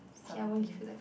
k I won't give you the card